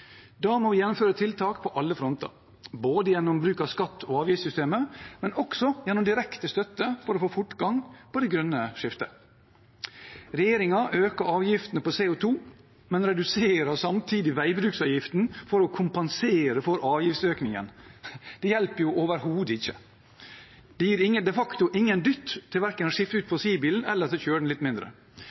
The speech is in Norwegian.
Da må vi gjennomføre tiltak på alle fronter, både gjennom bruk av skatte- og avgiftssystemet, og også gjennom direkte støtte for å få fortgang på det grønne skiftet. Regjeringen øker avgiftene på CO 2 , men reduserer samtidig veibruksavgiften for å kompensere for avgiftsøkningen. Det hjelper overhodet ikke. Det gir de facto ikke noe dytt verken til å skifte ut fossilbilen eller til å kjøre den litt mindre.